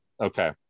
Okay